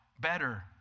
Better